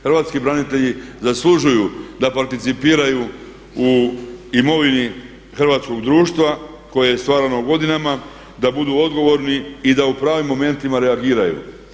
Hrvatski branitelji zaslužuju da participiraju u imovini hrvatskog društva koje je stvarno godinama da budu odgovorni i da u pravim momentima reagiraju.